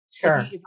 sure